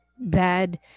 bad